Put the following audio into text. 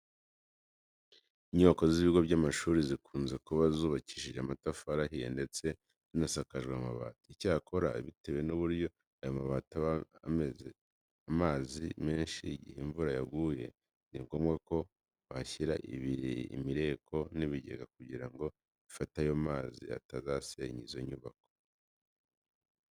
Inyubako z'ibigo by'amashuri zikunze kuba zubakishije amatafari ahiye ndetse zinasakajwe amabati. Icyakora bitewe n'uburyo ayo mabati aba amena amazi menshi igihe imvura yuguye, ni ngombwa ko bahashyira imireko n'ibigega kugira ngo bifate ayo mazi atazasenya izo nyubako.